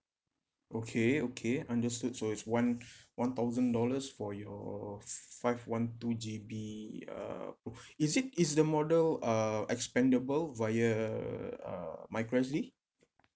okay okay understood so i's one one thousand dollars for youe five one two G_B uh oh is it is the model uh expendable via uh micro S_D